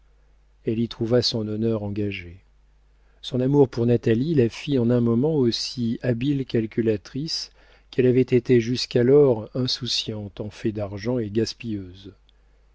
elle y trouva son honneur engagé son amour pour natalie la fit en un moment aussi habile calculatrice qu'elle avait été jusqu'alors insouciante en fait d'argent et gaspilleuse